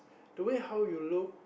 the way how you look